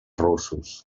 russos